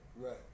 Right